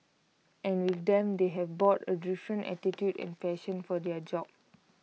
and with them they have brought A different attitude and passion for their job